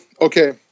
okay